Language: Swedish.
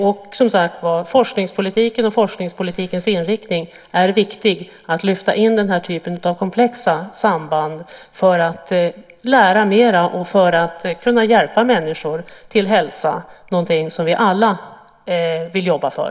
Det är, som sagt, viktigt att lyfta in forskningspolitiken och forskningspolitikens inriktning i den här typen av komplexa samband för att vi ska kunna lära oss mer och därmed kunna hjälpa människor till hälsa - något som vi alla vill jobba för.